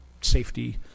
safety